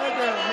תודה.